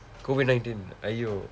COVID nineteen !aiyo!